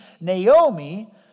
Naomi